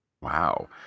Wow